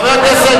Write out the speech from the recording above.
חבר הכנסת,